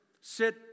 sit